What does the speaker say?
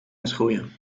uitgroeien